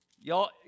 Y'all